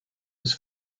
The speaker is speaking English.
was